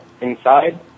inside